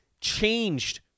changed